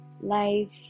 life